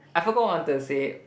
I forgot what I wanted to say